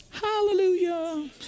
hallelujah